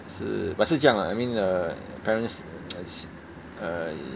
是 but 是这样的 I mean err parents uh